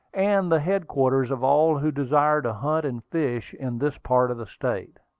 and the headquarters of all who desire to hunt and fish in this part of the state.